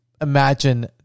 imagine